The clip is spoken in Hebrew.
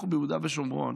אנחנו ביהודה ושומרון